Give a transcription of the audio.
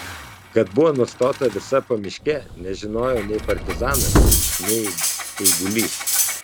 kad buvo nustota visa pamiškė nežinojo nei partizanas nei eigulys